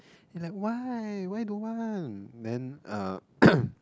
like why why don't want then uh